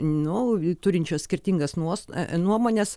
nu turinčios skirtingas nuostatas nuomones